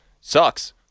Sucks